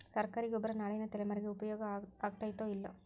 ಸರ್ಕಾರಿ ಗೊಬ್ಬರ ನಾಳಿನ ತಲೆಮಾರಿಗೆ ಉಪಯೋಗ ಆಗತೈತೋ, ಇಲ್ಲೋ?